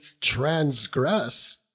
transgress